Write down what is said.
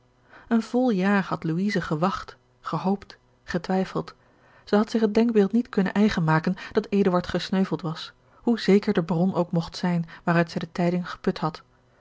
een vol jaar had louise gewacht gehoopt getwijfeld zij had zich het denkbeeld niet kunnen eigen maken dat eduard gesneuveld was hoe zeker de bron ook mogt zijn waaruit zij de tijding geput had